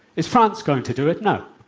is france going to do it? no.